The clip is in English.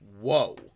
whoa